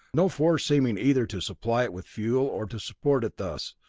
no force seeming either to supply it with fuel or to support it thus,